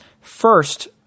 First